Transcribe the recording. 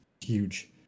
huge